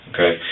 Okay